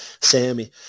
Sammy